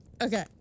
Okay